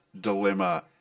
Dilemma